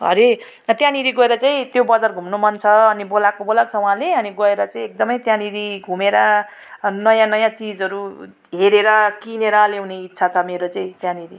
हरे त्यहाँनेरि गएर चाहिँं त्यो बजार घुम्न मन छ अनि बोलाएको बोलाएकै छ उहाँले अनि गएर चाहिँ एकदमै त्यहाँनेरि घुमेर नयाँ नयाँ चिजहरू हेरेर किनेर ल्याउने इच्छा छ मेरो चाहिँ त्यहाँनेरि